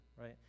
right